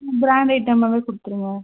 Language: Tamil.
பிராண்ட் ஐட்டமாகவே கொடுத்துருங்க